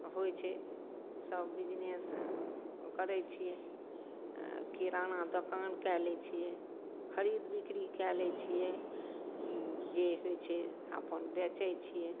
होइ छै सब बिजनेस करै छिए किराना दोकान कै लै छिए खरीद बिकरी कै लै छिए जे होइ छै अपन बेचै छिए